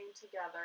together